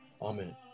Amen